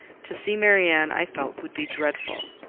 to see marianne, i felt, would be dreadful,